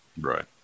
Right